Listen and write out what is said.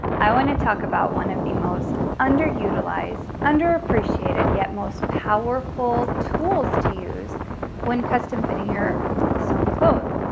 i wanna talk about one of the most underutilized, underappreciated, yet most powerful tools to use when custom fitting your some clothes,